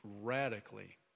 radically